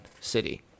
city